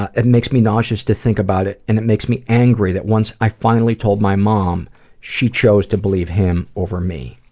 ah it makes me nauseous to think about and it makes me angry that once i finally told my mom she chose to believe him over me.